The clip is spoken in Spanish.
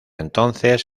entonces